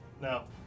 No